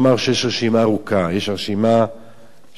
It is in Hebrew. יש רשימה של הוותיקן,